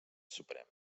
suprem